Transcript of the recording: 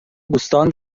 بوستان